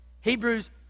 Hebrews